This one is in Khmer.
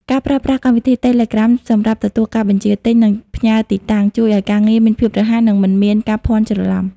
ការប្រើប្រាស់កម្មវិធី តេឡេក្រាម សម្រាប់ទទួលការបញ្ជាទិញ និងផ្ញើទីតាំង ជួយឱ្យការងារមានភាពរហ័ស និងមិនមានការភ័ន្តច្រឡំ។